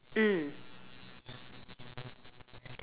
mm